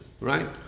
right